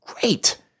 great